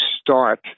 start